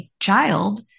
child